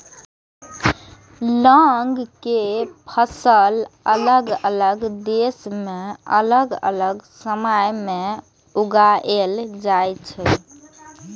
लौंग के फसल अलग अलग देश मे अलग अलग समय मे उगाएल जाइ छै